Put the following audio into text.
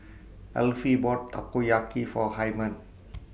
Elfie bought Takoyaki For Hymen